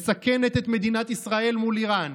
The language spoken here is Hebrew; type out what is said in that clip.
מסכנת את מדינת ישראל מול איראן,